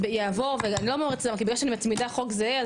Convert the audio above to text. בגלל שאני מצמידה חוק זהה,